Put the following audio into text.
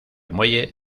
muelle